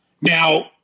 Now